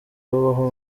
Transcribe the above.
bubaho